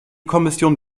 kommission